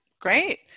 Great